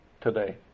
today